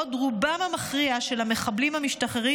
בעוד רובם המכריע של המחבלים המשתחררים